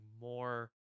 more